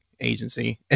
agency